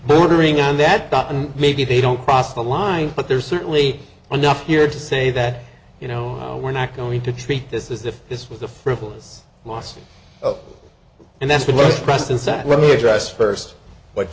bordering on that gotten maybe they don't cross the line but there's certainly enough here to say that you know we're not going to treat this as if this was a frivolous lawsuit and that's the worst presidents that when he addressed first what